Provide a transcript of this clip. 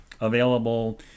available